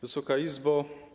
Wysoka Izbo!